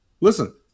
listen